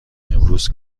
امروز